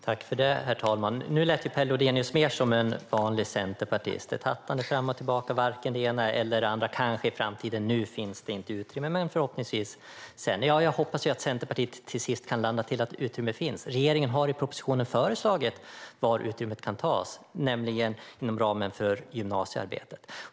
Herr talman! Nu lät Per Lodenius mer som en vanlig centerpartist. Det var ett hattande fram och tillbaka - varken det ena eller det andra. Kanske blir det något i framtiden. Nu finns det inte utrymme, men förhoppningsvis sedan. Jag hoppas att Centerpartiet till sist kan landa i att utrymme finns. Regeringen har i propositionen föreslagit var utrymmet kan tas, nämligen inom ramen för gymnasiearbetet.